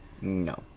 no